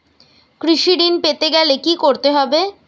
কৃষি ঋণ পেতে গেলে কি করতে হবে?